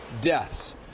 Deaths